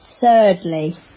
Thirdly